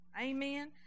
Amen